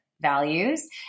Values